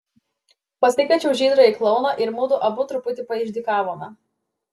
pasikviečiau žydrąjį klouną ir mudu abu truputį paišdykavome